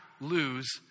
lose